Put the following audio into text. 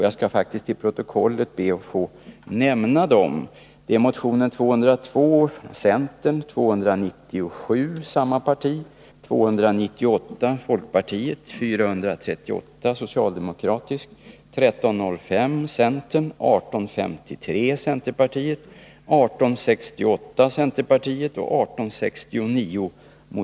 Jag skall faktiskt be att till protokollet få nämna dem. Det är motion 202 , 297 , 298 , 438 , 1305 , 1853 , 1868 och 1869 .